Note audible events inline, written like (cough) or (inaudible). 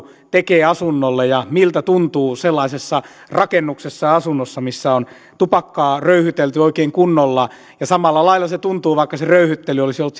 (unintelligible) tekee asunnolle ja miltä tuntuu sellaisessa rakennuksessa ja asunnossa missä on tupakkaa röyhytelty oikein kunnolla ja samalla lailla se tuntuu vaikka se röyhyttely olisi ollut (unintelligible)